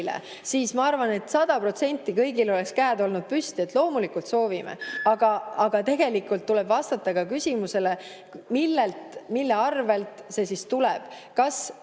siis ma arvan, et 100% kõigil oleks käed olnud püsti, et loomulikult soovime. Aga tegelikult tuleb vastata ka küsimusele, mille arvel see tuleb